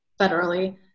federally